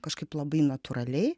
kažkaip labai natūraliai